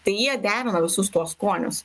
tai jie derina visus tuos skonius